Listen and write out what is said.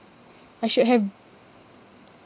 I should have